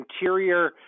interior